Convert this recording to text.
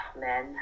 men